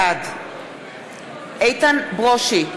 בענד איתן ברושי,